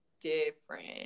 different